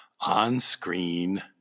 on-screen